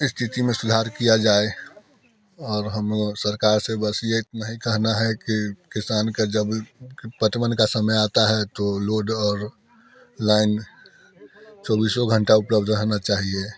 इस स्थिति में सुधार किया जाए और हम सरकार से बस इतना ही कहना है कि किसान का जब पटवन का समय आता है तो लोड और लाइन चौबीसों घंटा उपलब्ध रहना चाहिए